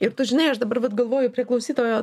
ir tu žinai aš dabar vat galvoju prie klausytojo